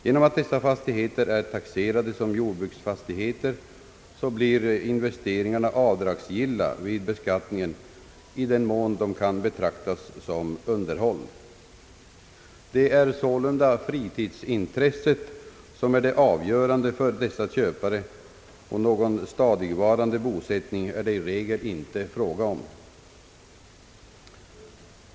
Genom att dessa fastigheter är taxerade såsom jordbruksfastigheter blir investeringarna avdragsgilla vid beskattningen, i den mån de kan betraktas såsom underhåll. Fritidsintresset är sålunda det avgörande för dessa köpare, och någon stadigvarande bosättning är det i regel inte fråga om.